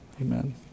amen